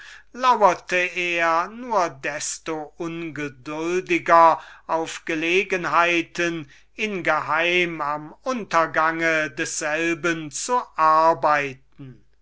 er nur desto ungeduldiger auf gelegenheiten in geheim an seinem untergang zu arbeiten